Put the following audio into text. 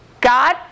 God